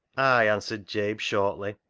ay! answered jabe shortly,